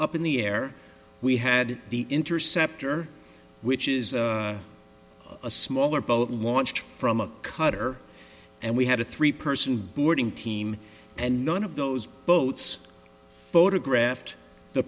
up in the air we had the interceptor which is a smaller boat launched from a cutter and we had a three person boarding team and none of those boats photographed the